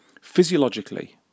physiologically